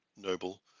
noble